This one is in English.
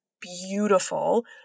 beautiful